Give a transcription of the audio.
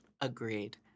Agreed